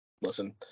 listen